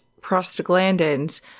prostaglandins